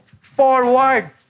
forward